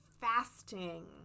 fasting